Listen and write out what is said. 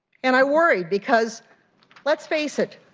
and i worried because let's face it.